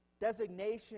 designation